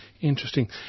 Interesting